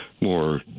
More